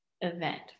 event